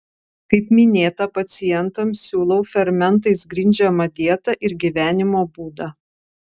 kaip minėta pacientams siūlau fermentais grindžiamą dietą ir gyvenimo būdą